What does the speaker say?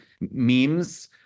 memes